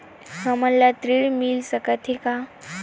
हमन ला ऋण मिल सकत हे का?